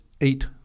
eight